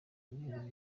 w’ibihugu